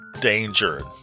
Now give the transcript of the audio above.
danger